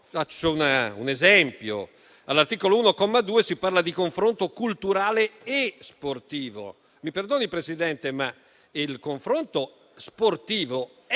faccio un esempio: all'articolo 1, comma 2, si parla di confronto culturale e sportivo. Mi perdoni, signora Presidente, ma il confronto sportivo è